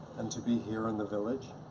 and to be here in the village.